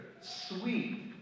sweet